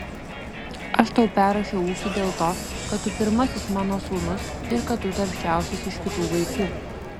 aš tau perrašiau ūkį dėl to kad tu pirmasis mano sūnus ir kad tu darbščiausias iš kitų vaikų